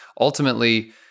ultimately